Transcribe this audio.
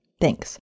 Thanks